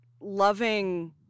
loving